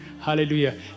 Hallelujah